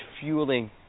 fueling